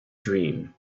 dream